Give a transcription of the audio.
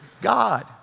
God